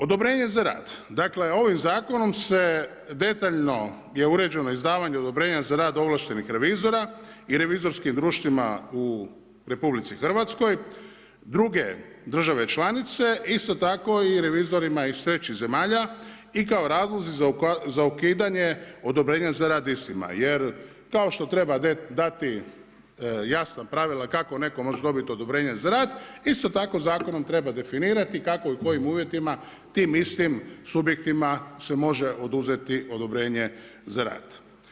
Odobrenje za rad, dakle ovim zakonom se detaljno je uređeno izdavanje odobrenja za rad ovlaštenih revizora i revizorskim društvima u RH druge države članice, isto tako i revizorima iz trećih zemalja i kao razlozi za ukidanje odobrenja za rad istima jer kao što treba dati jasna pravila kako neko može dobiti odobrenje za rad, isto tako zakonom treba definirati kako i u kojim uvjetima tim istim subjektima se može oduzeti odobrenje za rad.